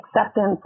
acceptance